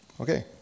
Okay